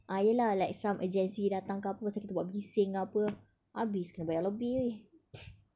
ah ya lah like some agency datang ke apa sebab kita buat bising ke apa habis kena bayar lebih eh